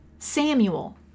Samuel